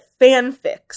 fanfics